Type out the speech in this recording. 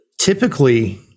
Typically